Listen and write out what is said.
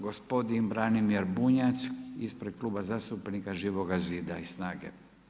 Gospodin Branimir Bunjac, ispred Kluba zastupnika Živoga zida i SNAG-e.